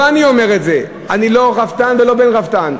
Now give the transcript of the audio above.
לא אני אומר את זה, אני לא רפתן ולא בן רפתן.